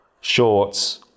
Shorts